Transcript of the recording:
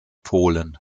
polen